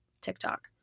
TikTok